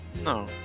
no